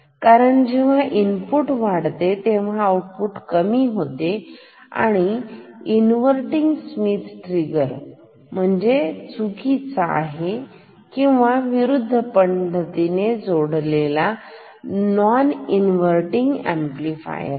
कारण जेव्हा इनपुट वाढते आउटपुट कमी होते हे झाले इन्वर्तींग स्मिथ ट्रिगरचुकीची आहे किंवा विरुद्ध पद्धतीने जोडलेले नोन इन्वर्तींग अंपलिफायर आहे